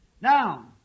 Now